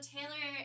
Taylor